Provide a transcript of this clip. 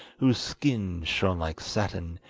whose skin shone like satin,